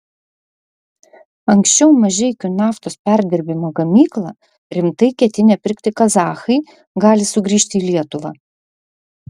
anksčiau mažeikių naftos perdirbimo gamyklą rimtai ketinę pirkti kazachai gali sugrįžti į lietuvą